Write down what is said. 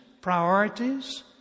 priorities